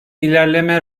ilerleme